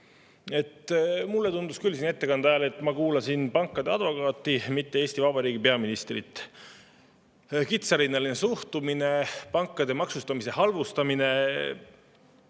Mulle tundus küll siin ettekande ajal, et ma kuulan pankade advokaati, mitte Eesti Vabariigi peaministrit. Kitsarinnaline suhtumine, pankade maksustamise halvustamine